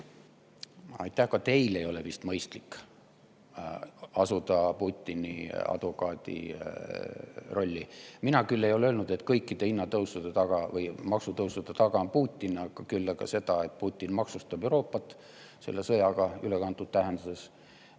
Aitäh! Ka teil ei ole vist mõistlik asuda Putini advokaadi rolli. Mina ei ole öelnud, et kõikide hinnatõusude või maksutõusude taga on Putin, küll aga seda, et Putin maksustab Euroopat selle sõjaga, ülekantud tähenduses.